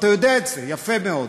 ואתה יודע את זה יפה מאוד,